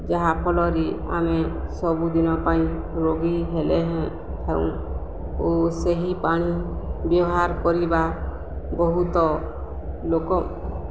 ଯାହାଫଲରେ ଆମେ ସବୁଦିନ ପାଇଁ ରୋଗୀ ହେଲେ ହେ ଥାଉଁ ଓ ସେହି ପାଣି ବ୍ୟବହାର କରିବା ବହୁତ ଲୋକ